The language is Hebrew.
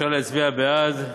אפשר להצביע בעד.